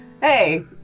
Hey